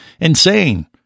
insane